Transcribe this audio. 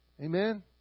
Amen